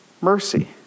Mercy